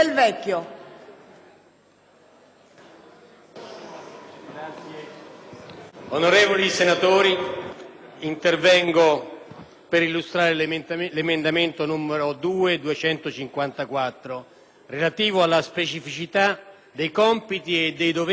onorevoli senatori, intervengo per illustrare l'emendamento 2.254 relativo alla specificità dei compiti e dei doveri delle Forze armate e delle Forze di polizia.